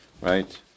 Right